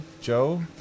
Joe